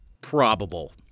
probable